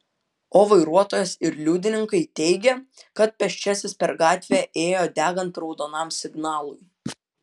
o vairuotojas ir liudininkai teigia kad pėsčiasis per gatvę ėjo degant raudonam signalui